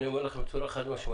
אני אומר לך בצורה חד-משמעית,